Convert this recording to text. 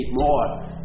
more